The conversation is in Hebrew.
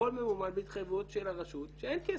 הכל ממומן בהתחייבות של הרשות שאין כסף.